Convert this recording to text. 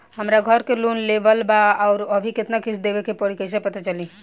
हमरा घर के लोन लेवल बा आउर अभी केतना किश्त देवे के बा कैसे पता चली?